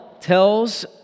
tells